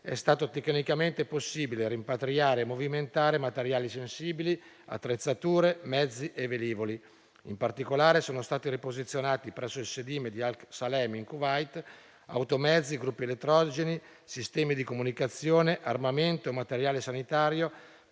è stato tecnicamente possibile rimpatriare e movimentare materiali sensibili, attrezzature, mezzi e velivoli. In particolare, sono stati riposizionati, presso il sedime di Al Salem in Kuwait, automezzi, gruppi elettrogeni, sistemi di comunicazione, armamento, materiale sanitario,